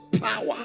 power